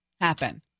happen